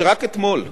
שרק אתמול במהלך,